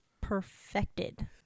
perfected